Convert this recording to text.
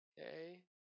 Okay